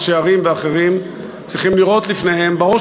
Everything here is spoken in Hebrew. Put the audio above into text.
ראשי ערים ואחרים צריכים לראות לפניהם בראש